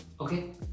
Okay